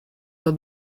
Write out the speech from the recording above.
were